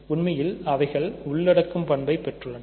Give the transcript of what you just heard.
உண்மையில் அவைகள் உள்ளடக்கும் பணப்பை பெற்றுள்ளது